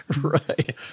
Right